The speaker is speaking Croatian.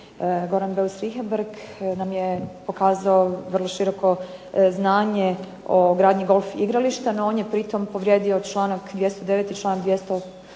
Goran Beus Richembergh nam je pokazao vrlo široko znanje o gradnji golf igrališta no on je pri tome povrijedio članak 209. i članak 210.